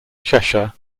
cheshire